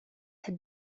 had